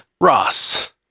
Ross